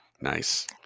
Nice